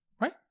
right